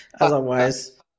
Otherwise